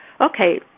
Okay